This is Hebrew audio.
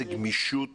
הגמישות